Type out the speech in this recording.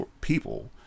people